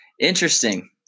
Interesting